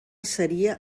seria